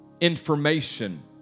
information